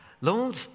Lord